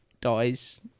dies